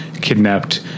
kidnapped